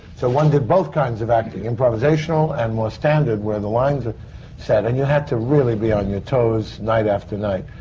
so one did both kinds of acting. improvisational and more standard, where the lines are set. and you had to be on your toes, night after night.